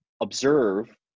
observe